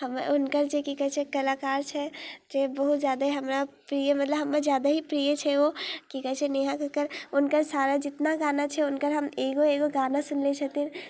हुनकर जे कि कहै छै कलाकार छै से बहुत ज्यादे हमरा प्रिय मतलब हमर ज्यादे ही प्रिय छै ओ कि कहै छै नेहा कक्कड़ हुनकर सारा जतना गाना छै हुनकर हम एगो एगो गाना सुनने छथिन